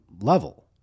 level